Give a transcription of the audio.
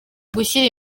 gushyira